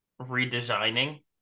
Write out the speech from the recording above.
redesigning